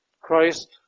Christ